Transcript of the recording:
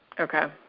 okay.